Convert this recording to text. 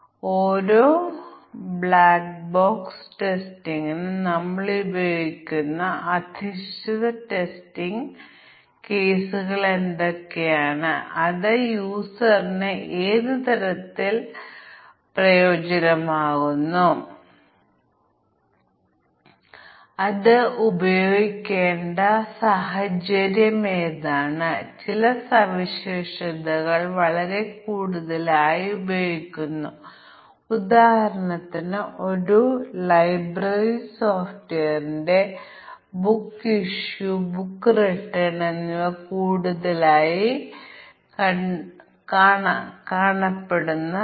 കരുത്തുറ്റ പരിശോധനയിൽ ഒരു സാധുവായ മൂല്യമല്ലാത്ത ഒരു മൂല്യം അസാധുവായ മൂല്യം പ്രോഗ്രാമർ അത് കൈകാര്യം ചെയ്യുന്നുണ്ടോ അത്തരം മൂല്യങ്ങൾ നൽകാനാകുമെന്ന് അദ്ദേഹം പ്രതീക്ഷിച്ചിരുന്നോ മൂല്യം സാധുതയുള്ളതല്ലെന്ന് ഒരു വിവരദായക സന്ദേശം നൽകി ദയവായി ഒരു സാധുവായ മൂല്യം നൽകുക അതിന് കുറച്ച് വീണ്ടെടുക്കൽ ഉണ്ടോ അല്ലെങ്കിൽ പ്രോഗ്രാമർ എല്ലാ പ്രവർത്തനങ്ങളും ആവർത്തിക്കേണ്ടതുണ്ട്